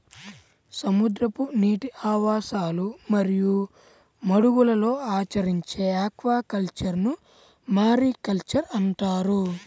సముద్రపు నీటి ఆవాసాలు మరియు మడుగులలో ఆచరించే ఆక్వాకల్చర్ను మారికల్చర్ అంటారు